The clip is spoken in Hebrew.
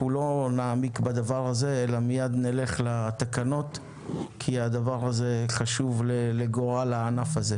לא נעמיק בדבר הזה אלא מייד נלך לתקנות כי הדבר הזה חשוב לגורל הענף.